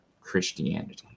christianity